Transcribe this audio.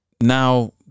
Now